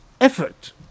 effort